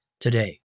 today